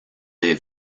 des